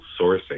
sourcing